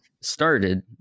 started